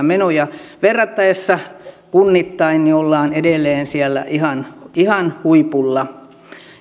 menoja verrattaessa kunnittain siellä ihan ihan huipulla